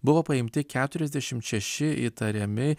buvo paimti keturiasdešimt šeši įtariami